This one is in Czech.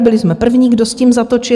Byli jsme první, kdo s tím zatočil.